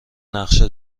نقشه